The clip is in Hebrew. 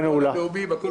הישיבה ננעלה בשעה